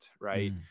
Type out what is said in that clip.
right